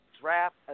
draft